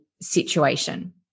situation